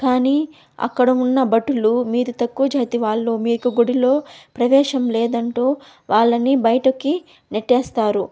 కానీ అక్కడ ఉన్న భటులు మీరు తక్కువ జాతి వాళ్ళు మీకు గుడిలో ప్రవేశం లేదంటూ వాళ్ళని బయటకి నెట్టేస్తారు